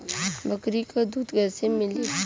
बकरी क दूध कईसे मिली?